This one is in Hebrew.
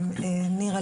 נירה,